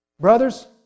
Brothers